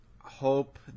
hope